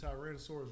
Tyrannosaurus